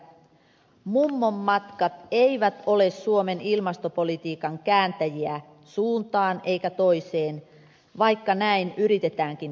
mummon matkat eivät ole suomen ilmastopolitiikan kääntäjiä suuntaan eikä toiseen vaikka näin yritetäänkin todistella